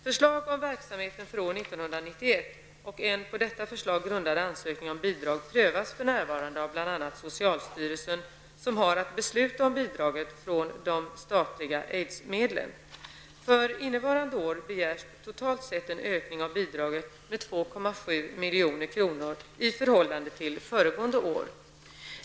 Förslag om verksamheten för år 1991 och en på detta förslag grundad ansökning om bidrag prövas för närvarande bl.a. socialstyrelsen, som har att besluta om bidraget från de statliga aidsmedlen.